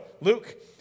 Luke